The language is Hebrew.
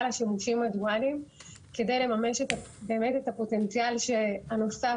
השימושים הדואליים כדי לממש באמת את הפוטנציאל הנוסף,